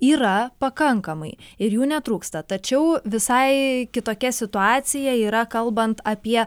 yra pakankamai ir jų netrūksta tačiau visai kitokia situacija yra kalbant apie